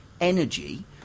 energy